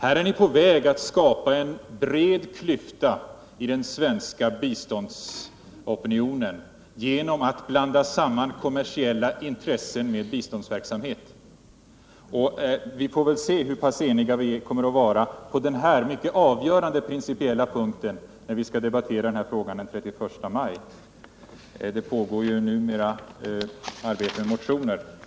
Ni är på väg att skapa en bred klyfta i den svenska biståndsopinionen genom att blanda samman kommersiella intressen med biståndsverksamheten. Vi får väl se hur pass eniga vi kommer att vara på denna mycket avgörande principiella punkt när vi skall debattera denna fråga den 31 maj. Nu pågår ju arbetet med motionerna.